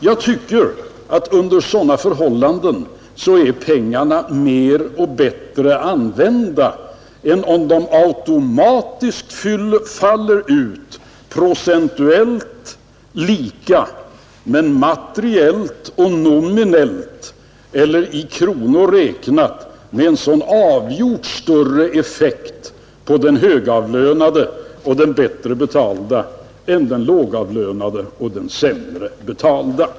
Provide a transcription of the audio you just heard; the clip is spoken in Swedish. Jag tycker att under sådana förhållanden är pengarna bättre använda än om de automatiskt faller ut, till var och en procentuellt lika men materiellt och i kronor räknat med en så avgjort större effekt på den högavlönade eller bättre betalda än på den lågavlönade och sämre betalda.